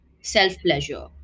self-pleasure